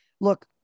look